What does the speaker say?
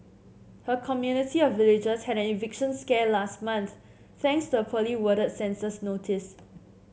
her community of villagers had an eviction scare last month thanks to a poorly worded census notice